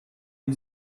you